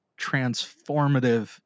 transformative